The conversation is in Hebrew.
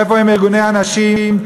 איפה הם ארגוני הנשים?